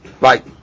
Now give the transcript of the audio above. Right